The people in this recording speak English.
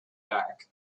dark